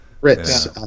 Ritz